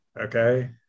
Okay